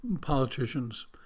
politicians